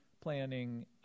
planning